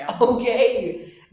okay